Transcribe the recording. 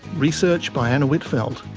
research by anna whitfeld,